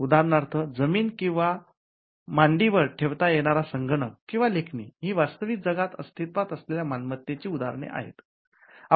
उदाहरणार्थ जमीन किंवा मांडीवर ठेवता येणार संगणक किंवा लेखणी ही वास्तविक जगात अस्तित्त्वात असलेल्या मालमत्तेची उदाहरणे आहेत